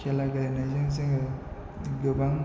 खेला गेलेनायजों जोङो गोबां